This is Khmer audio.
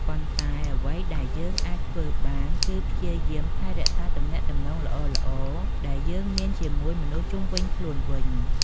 ប៉ុន្តែអ្វីដែលយើងអាចធ្វើបានគឺព្យាយាមថែរក្សាទំនាក់ទំនងល្អៗដែលយើងមានជាមួយមនុស្សជុំវិញខ្លួនវិញ។